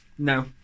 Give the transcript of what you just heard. No